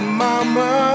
mama